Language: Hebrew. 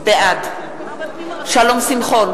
בעד שלום שמחון,